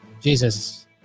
Jesus